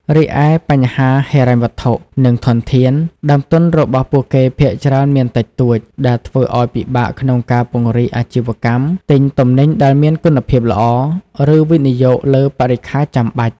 រីឯបញ្ហាហិរញ្ញវត្ថុ និងធនធាន ដើមទុនរបស់ពួកគេភាគច្រើនមានតិចតួច ដែលធ្វើឱ្យពិបាកក្នុងការពង្រីកអាជីវកម្ម ទិញទំនិញដែលមានគុណភាពល្អ ឬវិនិយោគលើបរិក្ខារចាំបាច់ ។